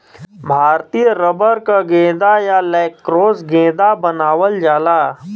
भारतीय रबर क गेंदा या लैक्रोस गेंदा बनावल जाला